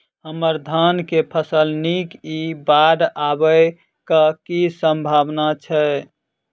हम्मर धान केँ फसल नीक इ बाढ़ आबै कऽ की सम्भावना छै?